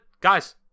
guys